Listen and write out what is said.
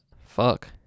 Fuck